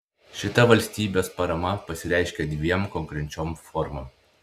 šita valstybės parama pasireiškia dviem konkrečiom formom